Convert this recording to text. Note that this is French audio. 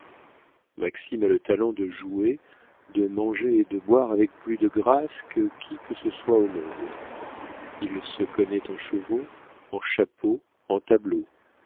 maxime a le talent de jouer de manger et de boire avec plus de grâce que qui que ce soit au monde il se connaît en chevaux en chapeaux en tableaux